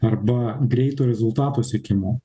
arba greito rezultato siekimo